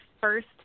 first